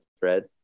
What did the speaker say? thread